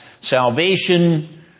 salvation